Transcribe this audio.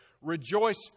Rejoice